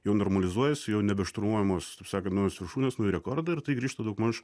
jau normalizuojasi jau nebešturmuojamos taip sakant naujos viršūnės nauji rekordai ir tai grįžta daugmaž